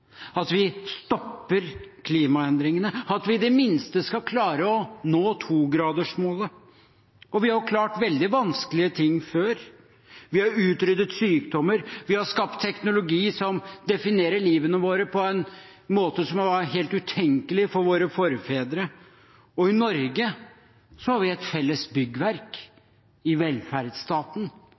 at vi stopper klimaendringene, at vi i det minste skal klare å nå 2-gradersmålet. Vi har klart veldig vanskelige ting før. Vi har utryddet sykdommer. Vi har skapt teknologi som definerer livene våre på en måte som var helt utenkelig for våre forfedre. Og i Norge har vi et felles byggverk i velferdsstaten